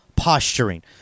Posturing